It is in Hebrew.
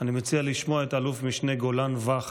אני מציע לשמוע את אלוף משנה גולן ואך,